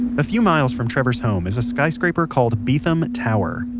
a few miles from trevor's home is a skyscraper called beetham tower.